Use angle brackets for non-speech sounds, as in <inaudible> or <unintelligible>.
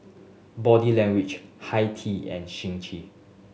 Body Language Hi Tea and <unintelligible>